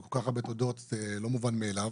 היו כל כך הרבה תודות, זה לא מובן מאליו.